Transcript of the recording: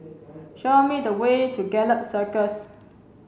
show me the way to Gallop Circus